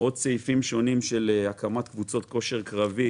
סעיף נוסף זה הקמת קבוצות כושר קרבי